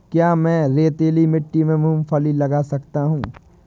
क्या मैं रेतीली मिट्टी में मूँगफली लगा सकता हूँ?